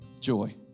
joy